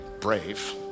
brave